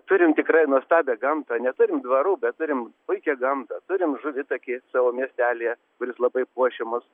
turim tikrai nuostabią gamtą neturim dvarų bet turim puikią gamtą turim žuvitakį savo miestelyje kuris labai puošia mus